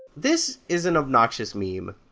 this is an obnoxious meme.